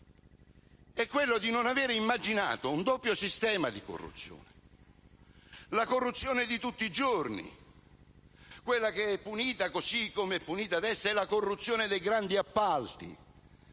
fantasia) è non avere immaginato un doppio sistema di corruzione: la corruzione di tutti i giorni, quella punita così come è punita adesso, e la corruzione dei grandi appalti,